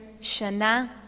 Shana